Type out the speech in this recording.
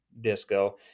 disco